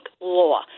law